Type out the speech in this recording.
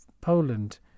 Poland